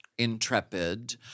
Intrepid